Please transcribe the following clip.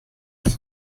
sich